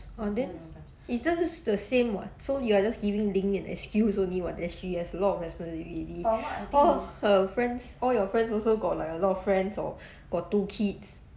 ah then it's just the same [what] so you are just giving ling an excuse only [what] that she has a lot of responsibility all her friends all your friends also got like a lot of friends or got two kids